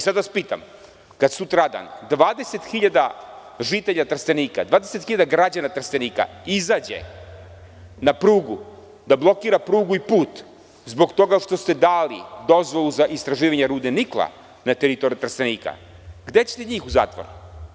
Sada vas pitam, kad sutradan 20 hiljada žitelja Trstenika, 20 hiljada građana Trstenika izađe na prugu da blokira prugu i put zbog toga što ste dali dozvolu za istraživanje rude nikla na teritoriji Trstenika, gde ćete njih u zatvor?